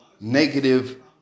negative